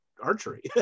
archery